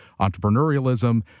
entrepreneurialism